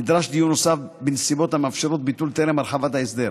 נדרש דיון נוסף בנסיבות המאפשרות ביטול טרם הרחבת ההסדר.